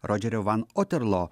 rodžerio van otterloo